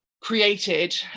created